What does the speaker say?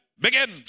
begin